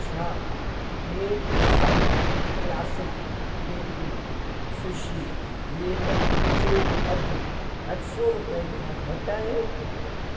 छा टे हिसा क्लासिक बेम्बू सुशी मैट जो अधु अठ सौ रुपयनि खां घटि आहे